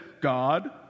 God